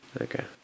okay